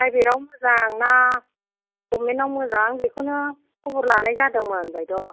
private आव मोजां ना गभर्नमेन्ट आव मोजां बेखौनो ख'बर लानाय जादोंमोन बायद'